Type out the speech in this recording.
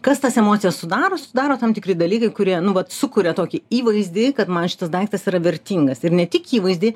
kas tas emocijas sudaro sudaro tam tikri dalykai kurie nu vat sukuria tokį įvaizdį kad man šitas daiktas yra vertingas ir ne tik įvaizdį